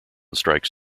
strikes